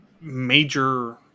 major